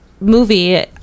movie